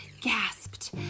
gasped